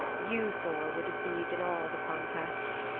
you, thor, were deceived in all the contests.